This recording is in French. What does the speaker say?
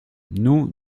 nous